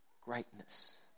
greatness